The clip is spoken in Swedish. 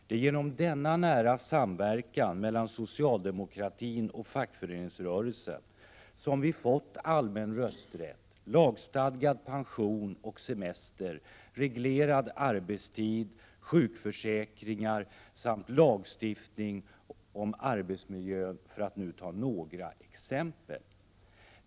Det är genom denna nära samverkan mellan socialdemokratin och fackföreningsrörelsen som vi har fått allmän rösträtt, lagstadgad pension och semester, reglerad arbetstid, sjukförsäkringar samt lagstiftning om arbetsmiljön, för att nu ta några exempel.